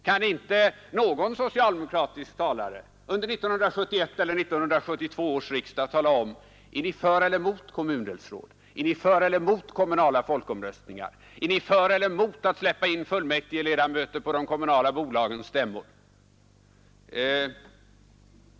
Kan inte någon socialdemokratisk talare under 1971 eller 1972 års riksdagar svara på frågan: Är ni för eller emot kommundelsråd? Är ni för eller emot kommunala folkomröstningar? Är ni för eller emot att släppa in fullmäktigeledamöter på de kommunala bolagens stämmor?